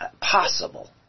possible